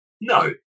No